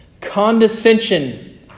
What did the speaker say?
Condescension